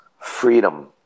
freedom